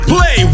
Play